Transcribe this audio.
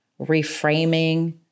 reframing